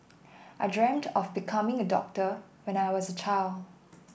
I dreamt of becoming a doctor when I was a child